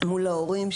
מול ההורים.